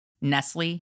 Nestle